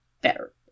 better